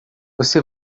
você